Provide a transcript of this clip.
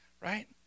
right